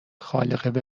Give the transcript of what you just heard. خالق